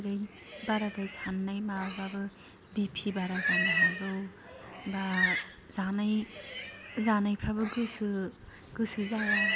ओरै बाराद्राय साननाय माबा बाबो बिपि बारा जानो हागौ बा जानाय जानायफ्राबो गोसो गोसो जाया